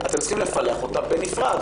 אתם צריכים לפלח אותה בנפרד.